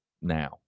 now